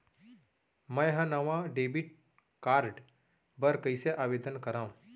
मै हा नवा डेबिट कार्ड बर कईसे आवेदन करव?